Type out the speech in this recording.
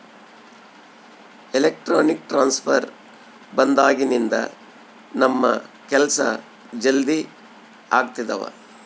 electronic transfer ಬಂದಾಗಿನಿಂದ ನಮ್ ಕೆಲ್ಸ ಜಲ್ದಿ ಆಗ್ತಿದವ